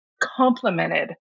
complemented